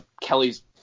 Kelly's